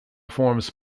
forms